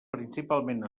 principalment